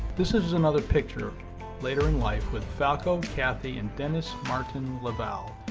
this is another picture later in life with falco, cathy, and dennis martin laval,